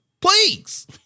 Please